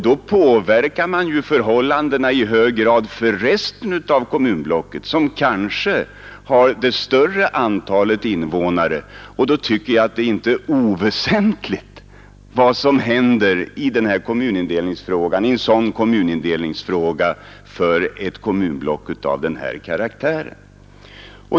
Då påverkar man förhållandena i hög grad för resten av kommunblocket, som kanske har det större antalet invånare. Då tycker jag att det inte är oväsentligt vad som händer i en sådan kommunindelningsfråga för ett kommunblock av den här karaktären.